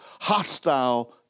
hostile